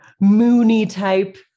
moony-type